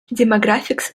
demographics